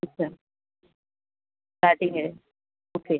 अच्छा हां ठीक आहे ओके